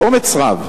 באומץ רב,